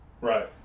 right